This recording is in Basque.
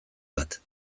bat